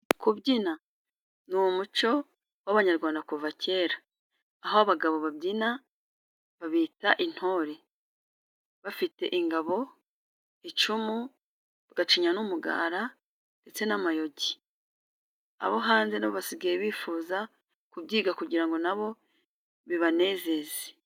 Kubyina ni umuco w'abanyarwanda kuva kera, aho abagabo babyina babita "intore" bafite ingabo, icumu, bagacinya n'umugara ndetse n'amayogi. Abo hanze nabo basigaye bifuza kubyiga kugira ngo nabo bibanezeze.